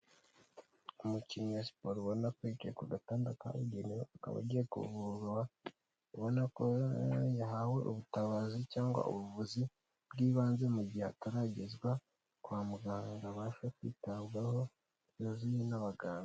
Umukinnyi wa siporo ubona ko yicaye ku gatanda kabugenewe akaba agiye kuvurwa, ubona ko yahawe ubutabazi cyangwa ubuvuzi bw'ibanze mu gihe ataragezwa kwa muganga ngo abashe kwitabwaho neza n'abaganga.